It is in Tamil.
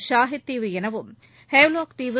ஷாஹீத் தீவு எனவும் ஹேவ்லாக் தீவு